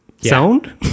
Sound